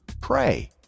pray